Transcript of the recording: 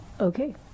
okay